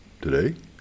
today